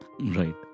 Right